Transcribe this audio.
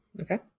Okay